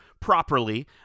properly